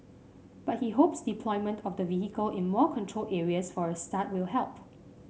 but he hopes deployment of the vehicle in more controlled areas for a start will help